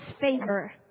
favor